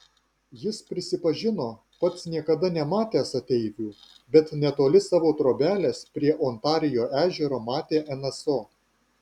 jis prisipažino pats niekada nematęs ateivių bet netoli savo trobelės prie ontarijo ežero matė nso